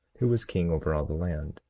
who was king over all the land.